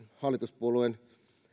hallituspuolueen